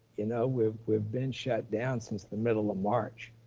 you know, we've we've been shut down since the middle of march.